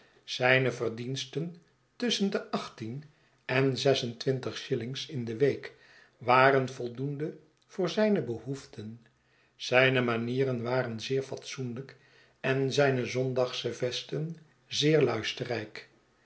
zijne verdiensten tusschen de achttien en zes en twintig shillings in de week waren voldoende voor zijne behoeften zijne manieren waren zeer fatsoenlijk en zijne zondagsche vesten zeer luisterrijk